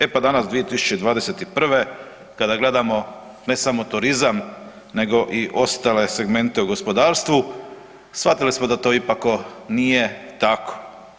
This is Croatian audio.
E pa danas 2021. kada gledamo ne samo turizam nego i ostale segmente u gospodarstvu, shvatili da to ipak nije tako.